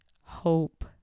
hope